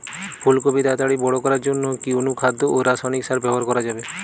ফুল কপি তাড়াতাড়ি বড় করার জন্য কি অনুখাদ্য ও রাসায়নিক সার ব্যবহার করা যাবে?